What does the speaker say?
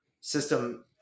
system